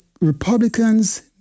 Republicans